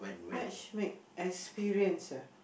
matchmake experience ah